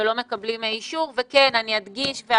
את מי הם יפגשו,